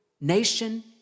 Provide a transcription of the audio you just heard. Nation